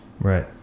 Right